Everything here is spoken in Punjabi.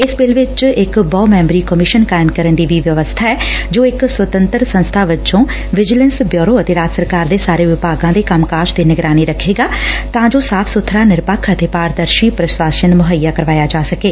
ਇਸ ਬਿੱਲ ਵਿਚ ਇਕ ਬਹੁ ਮੈ'ਬਰੀ ਕਮਿਸਨ ਕਾਇਮ ਕਰਨ ਦੀ ਵੀ ਵਿਵਸਬਾ ਐ ਜੋ ਇਕ ਸੁਤੰਤਰ ਸੰਸਬਾ ਵੱਜੈ' ਵਿਜੀਲੈਸ ਬਿਉਰੋ ਅਤੇ ਰਾਜ ਸਰਕਾਰ ਦੇ ਸਾਰੇ ਵਿਭਾਗਾਂ ਦੇ ਕੰਮਕਾਜ ਤੇ ਨਿਗਰਾਨੀ ਰੱਖੇਗਾ ਤਾਂ ਜੋ ਸਾਫ਼ ਸੁਬਰਾ ਨਿਰਪੱਖ ਅਤੇ ਪਾਰਦਰਸ਼ੀ ਪ੍ਰਸ਼ਾਸਨ ਮੁਹੱਈਆ ਕਰਵਾਇਆ ਜਾ ਸਕੇ